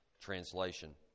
translation